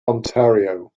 ontario